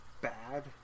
bad